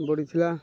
ବଡ଼ିଥିଲା